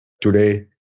Today